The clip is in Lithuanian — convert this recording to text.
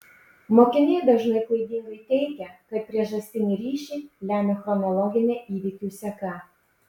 mokiniai dažnai klaidingai teigia kad priežastinį ryšį lemia chronologinė įvykių seka